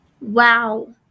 Wow